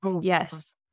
Yes